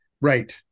right